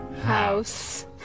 House